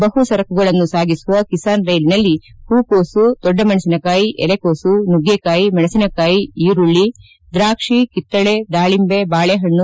ಬಪು ಸರಕುಗಳನ್ನು ಸಾಗಿಸುವ ಕಿಸಾನ್ ರೈಲಿನಲ್ಲಿ ಹೂಕೋಸು ದೊಡ್ಡ ಮಣಸಿನಕಾಯಿ ಎಲೆಕೋಸು ನುಗ್ಗೆಕಾಯಿ ಮಣಸಿನಕಾಯಿ ಈರುಳ್ಳಿ ದಾಕ್ಷಿ ಕಿತ್ತಳೆ ದಾಳಿಂಬೆ ಬಾಳೆಹಣ್ಣು